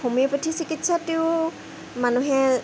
homeopathy চিকিৎসাতো মানুহে